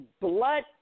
blood